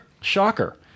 Shocker